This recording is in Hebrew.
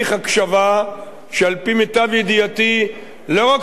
שעל-פי מיטב ידיעתי לא רק שלא היה כמוהו בארץ,